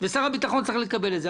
ושר הביטחון צריך לקבל את זה.